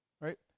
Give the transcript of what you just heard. right